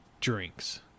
drinks